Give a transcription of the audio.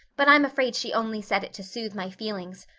but i'm afraid she only said it to soothe my feelings.